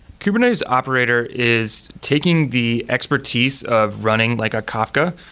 kubernetes operator is taking the expertise of running like a kafka.